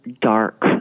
dark